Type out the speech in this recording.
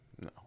No